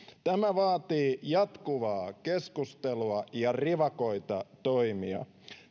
tämä vaatii jatkuvaa keskustelua ja rivakoita toimia